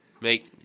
Make